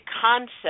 concept